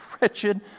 wretched